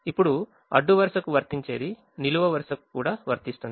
ఇప్పుడు అడ్డు వరుసకు వర్తించేది నిలువు వరుసకు కాలమ్ కూడా వర్తిస్తుంది